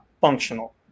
functional